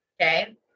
Okay